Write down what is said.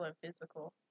physical